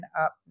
up